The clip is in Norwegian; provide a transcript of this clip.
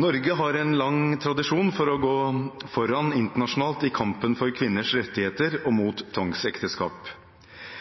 «Norge har en lang tradisjon for å gå foran internasjonalt i kampen for kvinners rettigheter og